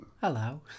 Hello